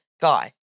guy